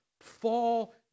fall